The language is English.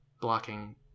blocking